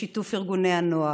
בשיתוף ארגוני הנוער.